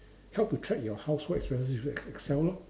help to track your household expenses use Excel lor